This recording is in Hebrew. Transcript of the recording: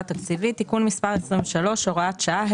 התקציבית (תיקון מס׳ 23) (הוראת שעה),